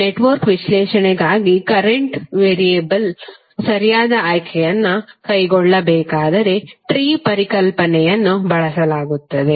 ನೆಟ್ವರ್ಕ್ನ ವಿಶ್ಲೇಷಣೆಗಾಗಿ ಕರೆಂಟ್ ವೇರಿಯೇಬಲ್ನ ಸರಿಯಾದ ಆಯ್ಕೆಯನ್ನು ಕೈಗೊಳ್ಳಬೇಕಾದರೆ ಟ್ರೀ ಪರಿಕಲ್ಪನೆಯನ್ನು ಬಳಸಲಾಗುತ್ತದೆ